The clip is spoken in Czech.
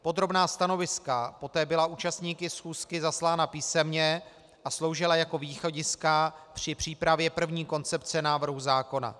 Podrobná stanoviska poté byla účastníky schůzky zaslána písemně a sloužila jako východiska při přípravě první koncepce návrhu zákona.